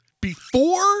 Before-